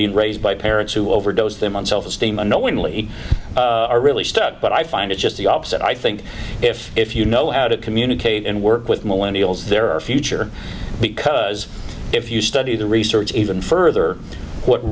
being raised by parents who overdose them on self esteem unknowingly are really stuck but i find it just the opposite i think if if you know how to communicate and work with millennial as there are future because if you study the research even further what